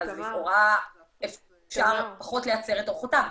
אז לכאורה אפשר פחות להצר את אורחותיו.